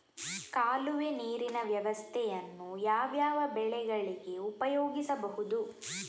ಕಾಲುವೆ ನೀರಿನ ವ್ಯವಸ್ಥೆಯನ್ನು ಯಾವ್ಯಾವ ಬೆಳೆಗಳಿಗೆ ಉಪಯೋಗಿಸಬಹುದು?